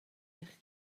eich